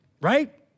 right